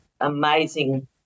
amazing